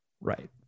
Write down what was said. Right